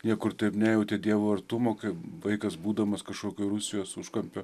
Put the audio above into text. niekur taip nejautė dievo artumo kaip vaikas būdamas kažkokioj rusijos užkampio